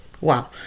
wow